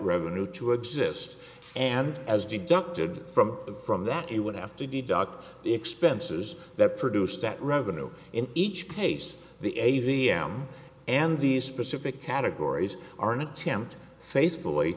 revenue to exist and as deducted from from that it would have to deduct the expenses that produced that revenue in each case the a v m and these specific categories are an attempt faced boy